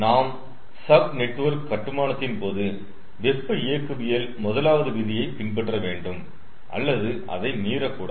நாம் sub network கட்டுமானத்தின் போது வெப்ப இயக்கவியல் முதலாவது விதியை பின்பற்ற வேண்டும் அல்லது அதை மீறக்கூடாது